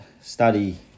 study